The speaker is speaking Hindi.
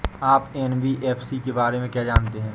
आप एन.बी.एफ.सी के बारे में क्या जानते हैं?